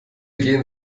gehen